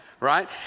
Right